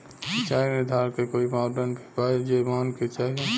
सिचाई निर्धारण के कोई मापदंड भी बा जे माने के चाही?